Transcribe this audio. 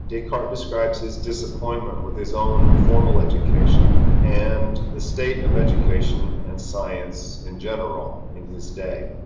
descartes describes his disappointment with his own formal education, and the state of education and science in general in his day.